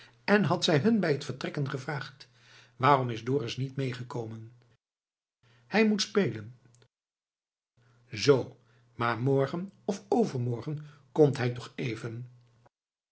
en had zij hun bij t vertrekken gevraagd waarom is dorus niet meegekomen hij moest spelen zoo maar morgen of overmorgen komt hij toch even